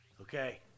Okay